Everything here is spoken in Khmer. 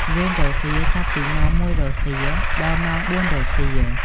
វេនរសៀល ចាប់ពីម៉ោង ១ រសៀល ដល់ម៉ោង ៤ រសៀល។